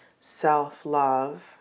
self-love